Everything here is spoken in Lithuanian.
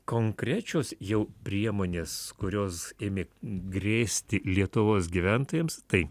konkrečios jau priemonės kurios ėmė grėsti lietuvos gyventojams tai